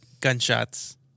gunshots